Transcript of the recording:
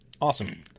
Awesome